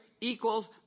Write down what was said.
equals